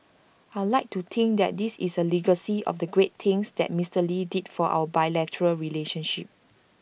I'd like to think that this is A legacy of the great things that Mister lee did for our bilateral relationship